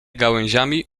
gałęziami